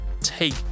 take